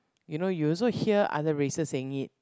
you know you also hear other races saying it